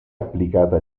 applicata